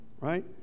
right